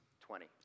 Twenty